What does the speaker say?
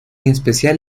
especial